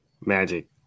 Magic